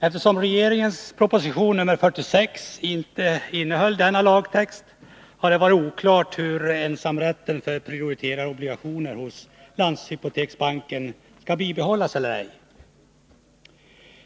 Eftersom regeringens proposition 46 inte innehåller denna lagtext, har det varit oklart om huruvida ensamrätten för prioriterade obligationer hos landshypoteksbanken skall bibehållas eller ej.